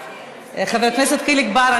חבר הכנסת חיליק בר,